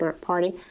party